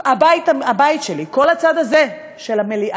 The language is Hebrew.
הבית שלי, כל הצד הזה של המליאה,